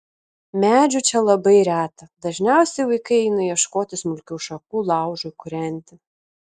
medžių čia labai reta dažniausiai vaikai eina ieškoti smulkių šakų laužui kūrenti